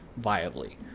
viably